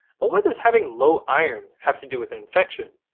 but what does having low iron have to do with an infection?